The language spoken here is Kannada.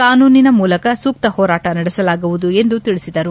ಕಾನೂನಿನ ಮೂಲಕ ಸೂಕ್ತ ಹೋರಾಟ ನಡೆಸಲಾಗುವುದು ಎಂದು ತಿಳಿಸಿದರು